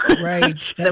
Right